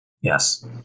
yes